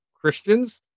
Christians